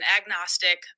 agnostic